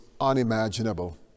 unimaginable